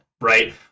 right